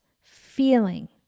feeling